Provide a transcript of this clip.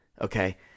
okay